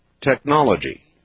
Technology